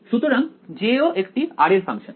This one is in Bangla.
সুতরাং J ও একটি r এর ফাংশন